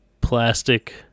plastic